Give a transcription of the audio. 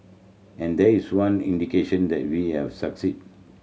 and there is one indication that we have succeed